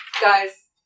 guys